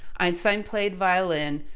einstein played violin,